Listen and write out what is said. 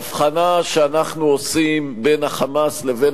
ההבחנה שאנחנו עושים בין ה"חמאס" לבין